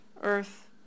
earth